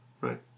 Right